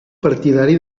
partidari